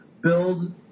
build